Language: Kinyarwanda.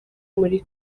muri